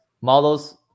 models